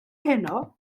heno